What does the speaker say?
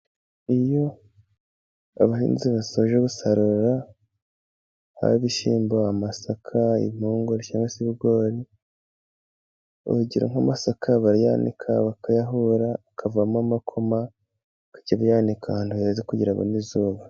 Iyo abahinzi basoje gusarura haba ibishyimbo, amasaka, impungure cyangwa ibigori, bagira nk'amasaka barayanika bakayahura akavamo amakoma, bakajya bayanika ahantu heza kugira abone izuba.